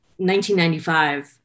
1995